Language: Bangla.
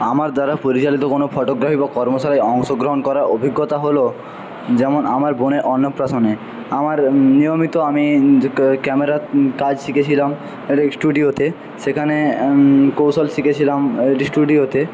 আমার দ্বারা পরিচালিত কোনো ফটোগ্রাফি বা কর্মশালায় অংশগ্রহণ করার অভিজ্ঞতা হল যেমন আমার বোনের অন্নপ্রাশনে আমার নিয়মিত আমি যে ক্যামেরা কাজ শিখেছিলাম একটা স্টুডিওতে সেখানে কৌশল শিখেছিলাম স্টুডিওতে